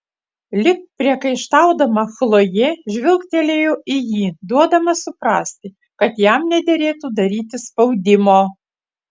lyg priekaištaudama chlojė žvilgtelėjo į jį duodama suprasti kad jam nederėtų daryti spaudimo